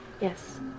Yes